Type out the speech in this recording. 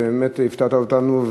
ובאמת הפתעת אותנו.